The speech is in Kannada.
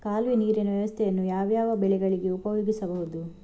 ಕಾಲುವೆ ನೀರಿನ ವ್ಯವಸ್ಥೆಯನ್ನು ಯಾವ್ಯಾವ ಬೆಳೆಗಳಿಗೆ ಉಪಯೋಗಿಸಬಹುದು?